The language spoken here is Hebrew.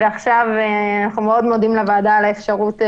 ועכשיו אנחנו מאוד מודים לוועדה על האפשרות,